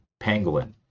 pangolin